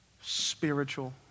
spiritual